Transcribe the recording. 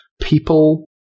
people